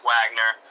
Wagner